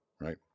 right